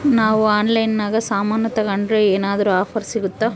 ನಾವು ಆನ್ಲೈನಿನಾಗ ಸಾಮಾನು ತಗಂಡ್ರ ಏನಾದ್ರೂ ಆಫರ್ ಸಿಗುತ್ತಾ?